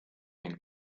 ning